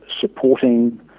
supporting